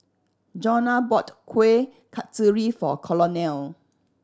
Jonna bought Kuih Kasturi for Colonel